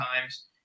times